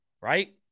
right